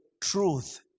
truth